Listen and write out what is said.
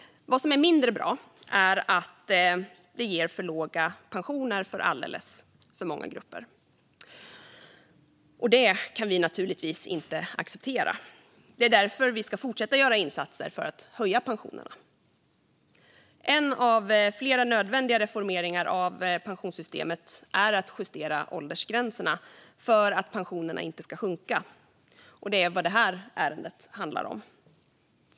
Vad som är mindre bra är att det ger för låga pensioner för alldeles för många grupper, och det kan vi naturligtvis inte acceptera. Det är därför vi ska fortsätta att göra insatser för att höja pensionerna. En av flera nödvändiga reformeringar av pensionssystemet är att justera åldersgränserna för att pensionerna inte ska sjunka. Det är vad det här ärendet handlar om.